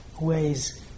ways